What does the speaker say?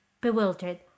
bewildered